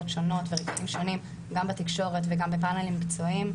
שונות גם בתקשורת וגם בפאנלים מקצועיים,